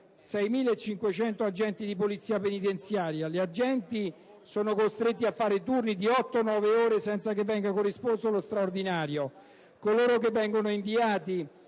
6.500 agenti di Polizia penitenziaria. Gli agenti sono costretti a fare turni di 8-9 ore senza che venga corrisposto uno straordinario. Coloro che vengono inviati